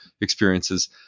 experiences